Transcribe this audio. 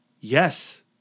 yes